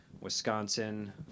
Wisconsin